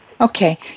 Okay